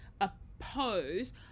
oppose